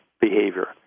behavior